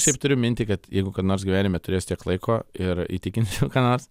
šiaip turiu mintį kad jeigu kada nors gyvenime turėsiu tiek laiko ir įtikinsiu ką nors